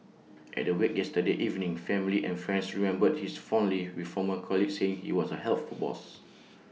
at the wake yesterday evening family and friends remembered his fondly with former colleagues saying he was A helpful boss